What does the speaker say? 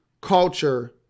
culture